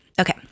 Okay